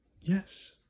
Yes